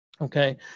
okay